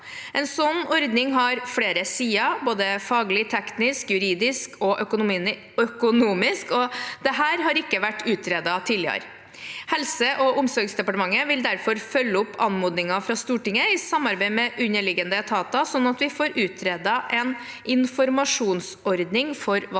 En slik ordning har flere sider, både faglig, teknisk, juridisk og økonomisk, og dette har ikke vært utredet tidligere. Helse- og omsorgsdepartementet vil derfor følge opp anmodningen fra Stortinget i samarbeid med underliggende etater, slik at vi får utredet en informasjonsordning for vaksinasjon.